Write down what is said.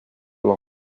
blanc